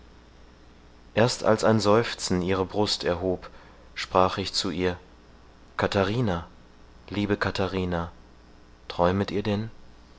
erst als ein seufzen ihre brust erhob sprach ich zu ihr katharina liebe katharina träumet ihr denn